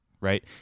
right